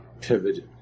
pivoted